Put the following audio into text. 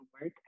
work